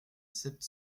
sept